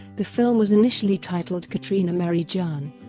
the film was initially titled katrina meri jaan.